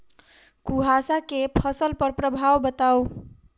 कुहासा केँ फसल पर प्रभाव बताउ?